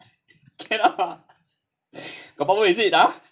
cannot ah got problem is it ah